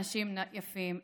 אנשים יפים,